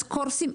אז קורסים.